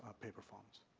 paper forms.